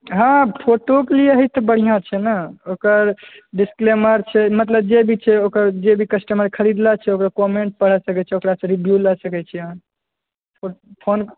हँ फोटो के लिए ही तऽ बढ़िआँ छै ने ओकर डिस्क्लेमर छै मतलब जे भी छै ओकर जे भी कस्टमर खरीदले छै ओकर कॉमेंट पढ़ि सकैत छी ओकरासँ रिव्यू लए सकैत छी अहाँ फोन